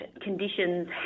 conditions